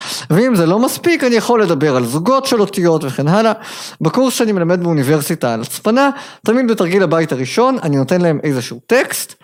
ואם זה לא מספיק, אני יכול לדבר על זוגות של אותיות וכן הלאה, בקורס שאני מלמד באוניברסיטה על הצפנה, תמיד בתרגיל הבית הראשון, אני נותן להם איזשהו טקסט.